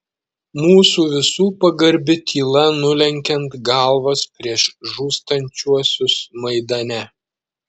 mūsų visų pagarbi tyla nulenkiant galvas prieš žūstančiuosius maidane